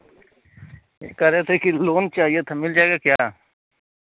कह रहे थे कि लोन चाहिए था मिल जाएगा क्या